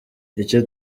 icyo